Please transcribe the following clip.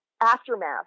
aftermath